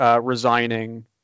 resigning